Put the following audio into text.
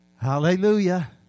Hallelujah